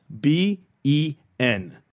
B-E-N